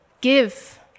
Give